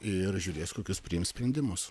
ir žiūrės kokius priims sprendimus